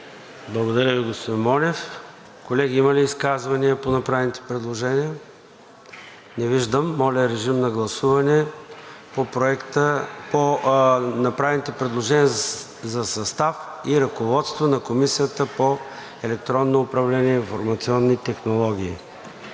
Благодаря Ви, господин Монев. Колеги, има ли изказвания по направените предложения? Не виждам. Моля, режим на гласуване по направените предложения за състав и ръководство на Комисията по електронно управление и информационни технологии.